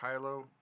Kylo